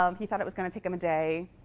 um he thought it was going to take him a day.